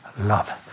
love